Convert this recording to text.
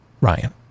Ryan